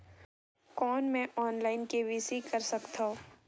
कौन मैं online KYC कर सकथव?